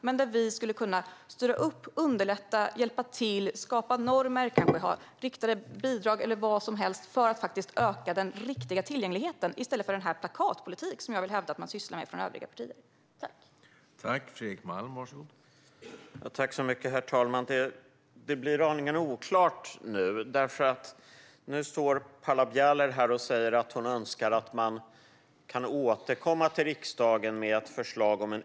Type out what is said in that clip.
Det vi skulle kunna göra är att styra upp, underlätta, hjälpa till och skapa normer, kanske genom riktade bidrag eller något annat, för att öka den riktiga tillgängligheten - i stället för den plakatpolitik som jag vill hävda att övriga partier sysslar med.